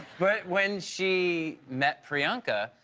but when she met priyanka,